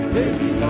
Lazy